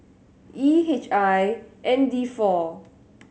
E H I N D four